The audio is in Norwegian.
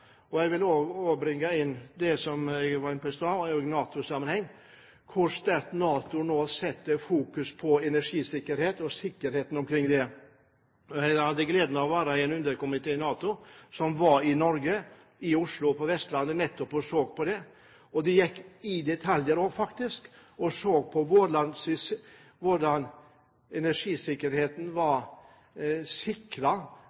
Jeg vil også bringe inn det som jeg var inne på i stad, som gjelder NATO, hvor sterkt NATO nå setter fokus på energisikkerheten. Jeg hadde gleden av å være med i en underkomité i NATO som var i Norge, i Oslo og på Vestlandet, for å se nettopp på dette. De gikk faktisk inn i detaljer og så på energisikkerheten, bl.a. hvordan